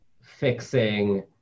fixing